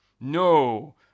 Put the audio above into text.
no